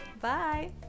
Bye